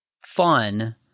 fun